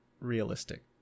realistic